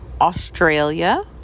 Australia